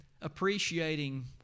appreciating